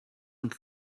and